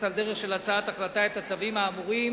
על דרך של הצעת החלטה את הצווים האמורים.